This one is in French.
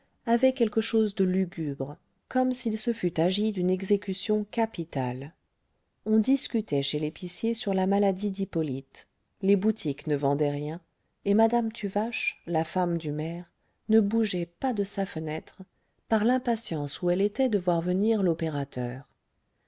avait quelque chose de lugubre comme s'il se fût agi d'une exécution capitale on discutait chez l'épicier sur la maladie d'hippolyte les boutiques ne vendaient rien et madame tuvache la femme du maire ne bougeait pas de sa fenêtre par l'impatience où elle était de voir venir l'opérateur